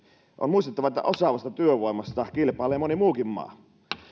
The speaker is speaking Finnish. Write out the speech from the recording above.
on muistettava että osaavasta työvoimasta kilpailee moni muukin maa